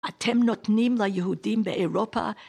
אתם נותנים ליהודים באירופה